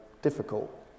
Difficult